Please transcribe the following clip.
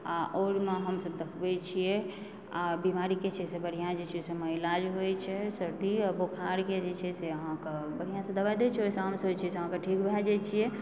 आ ओहिमे हमसब देखबै छियै आ बीमारी के जे छै से बढ़िआँ जे छै से ओहिमे ईलाज होइत छै सर्दी आ बोखारके जे छै से अहाँकेँ बढ़िआँसँ दवाइ दे छै ओहिसँ हमसब जे छै से अहाँकेँ ठीक भए जाइत छियै